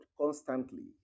constantly